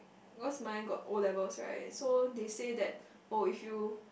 cause mine got O levels right so they say that oh if you